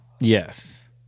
Yes